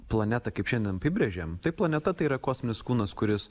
planetą kaip šiandien apibrėžėm taip planeta tai yra kosminis kūnas kuris